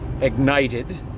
ignited